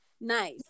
Nice